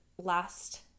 Last